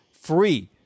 free